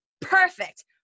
Perfect